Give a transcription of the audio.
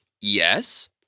yes